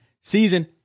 season